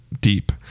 deep